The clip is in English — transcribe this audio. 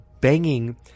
banging